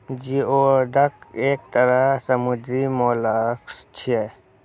geoduck एक तरह समुद्री मोलस्क छियै